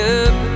up